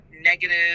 negative